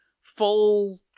full